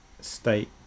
state